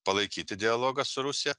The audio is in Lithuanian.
palaikyti dialogą su rusija